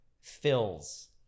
fills